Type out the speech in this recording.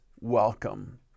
welcome